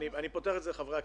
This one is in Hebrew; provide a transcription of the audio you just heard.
אני פותח את הדיון לחברי הכנסת.